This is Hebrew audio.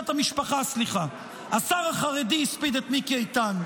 המשפחה, השר החרדי הספיד את מיקי איתן.